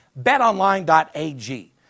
betonline.ag